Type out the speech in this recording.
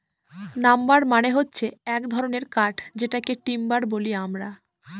number মানে হচ্ছে এক ধরনের কাঠ যেটাকে টিম্বার বলি আমরা